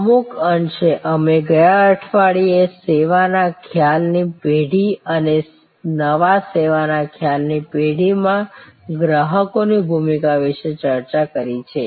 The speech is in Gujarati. અમુક અંશે અમે ગયા અઠવાડિયે સેવા ના ખ્યાલ ની પેઢી અને નવા સેવા ના ખ્યાલ ની પેઢી માં ગ્રાહકની ભૂમિકા વિશે ચર્ચા કરી છે